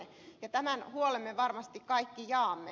tämän huolen me varmasti kaikki jaamme